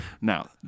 Now